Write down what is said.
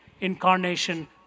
incarnation